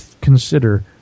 consider